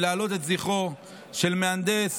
ולהעלות את זכרו של מהנדס